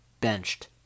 benched